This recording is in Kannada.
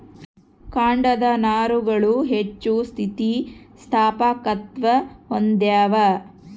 ಕಾಂಡದ ನಾರುಗಳು ಹೆಚ್ಚು ಸ್ಥಿತಿಸ್ಥಾಪಕತ್ವ ಹೊಂದ್ಯಾವ